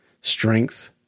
strength